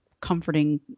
comforting